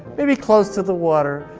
maybe close to the water.